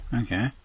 okay